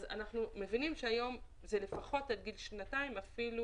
אנחנו מבינים שהיום עד גיל שנתיים ואפילו